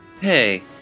Hey